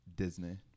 Disney